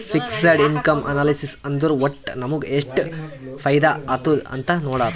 fixed income analysis ಅಂದುರ್ ವಟ್ಟ್ ನಮುಗ ಎಷ್ಟ ಫೈದಾ ಆತ್ತುದ್ ಅಂತ್ ನೊಡಾದು